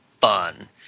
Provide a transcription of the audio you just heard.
fun